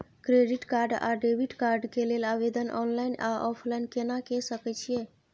Credit card आ debit card के लेल आवेदन ऑनलाइन आ ऑफलाइन केना के सकय छियै?